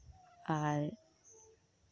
ᱟᱨ